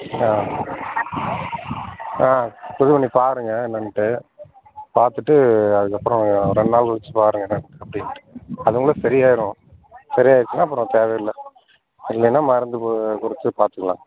ஆ ஆ இது பண்ணி பாருங்க என்னென்ட்டு பார்த்துட்டு அதுக்கப்புறோம் ரெண்டு நாள் கழிச்சி பாருங்க என்னெனன் அப்படின்ட்டு அதுங்கள சரிய ஆகிரும் சரி ஆகிருச்சுனா அப்புறம் தேவையில்லை இல்லைனா மருந்து குறிச்ச பார்த்துக்கலாம்